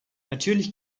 natürlich